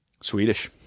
Swedish